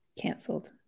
Cancelled